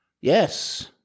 Yes